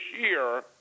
year